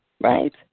Right